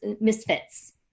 misfits